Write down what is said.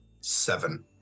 seven